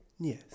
Yes